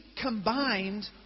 combined